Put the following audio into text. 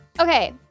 Okay